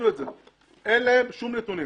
אין להם שום נתונים.